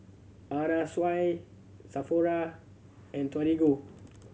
Anna Sui Sephora and Torigo